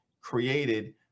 created